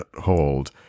hold